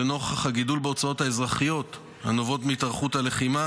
ולנוכח הגידול בהוצאות האזרחיות הנובעות מהתארכות הלחימה,